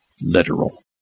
literal